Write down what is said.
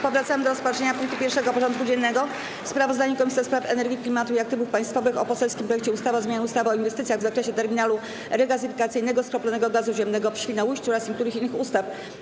Powracamy do rozpatrzenia punktu 1. porządku dziennego: Sprawozdanie Komisji do Spraw Energii, Klimatu i Aktywów Państwowych o poselskim projekcie ustawy o zmianie ustawy o inwestycjach w zakresie terminalu regazyfikacyjnego skroplonego gazu ziemnego w Świnoujściu oraz niektórych innych ustaw.